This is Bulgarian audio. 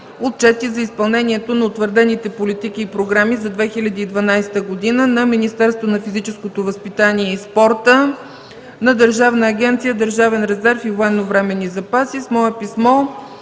отчети за изпълнението на утвърдените политики и програми за 2012 г. на Министерството на физическото възпитание и спорта, на Държавна агенция „Държавен резерв и военновременни запаси”. С мое писмо